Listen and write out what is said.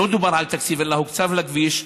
לא דובר על תקציב אלא הוקצבו לכביש,